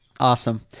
Awesome